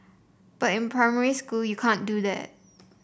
but in primary school you can't do that